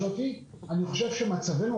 אני חושבת שמצבנו,